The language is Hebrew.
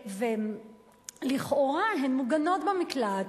ולכאורה הן מוגנות במקלט,